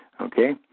Okay